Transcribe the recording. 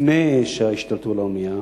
לפני שהשתלטו על האונייה,